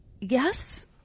yes